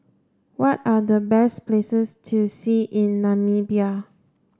what are the best places to see in Namibia